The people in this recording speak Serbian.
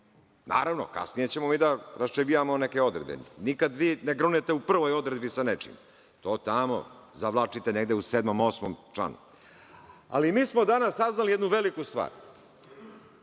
kasnije ćemo mi da rasčegijamo neke odredbe, nikad vi ne grunete u prvoj odredbi sa nečim, to tamo zavlačite negde u sedmom, osmom članu. Ali, mi smo danas saznali jednu veliku stvar.